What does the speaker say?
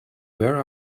where